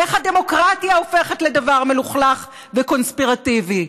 איך הדמוקרטיה הופכת לדבר מלוכלך וקונספירטיבי?